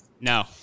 No